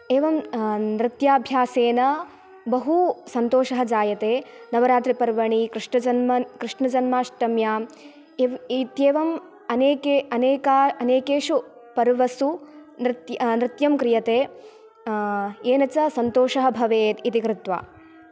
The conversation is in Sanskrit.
एवं नृत्याभ्यासेन बहु सन्तोषः जायते नवरात्रिपर्वणि कृष्णजन्म कृष्णजन्माष्टम्यां इव् इत्येवं अनेके अनेका अनेकेषु पर्वसु नृ नृत्यं क्रियते येन च सन्तोषः भवेत् इति कृत्वा